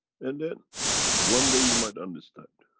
and then one day, you might understand.